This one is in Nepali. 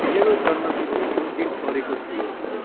मेरो जन्म मिति कुन दिन परेको थियो